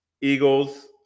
Eagles